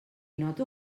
noto